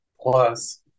plus